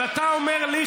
אז אתה אומר לי,